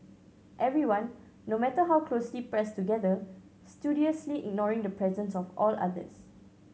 everyone no matter how closely pressed together studiously ignoring the presence of all others